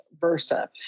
versa